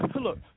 Look